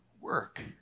work